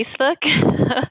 Facebook